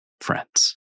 friends